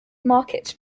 market